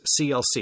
CLC